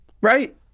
Right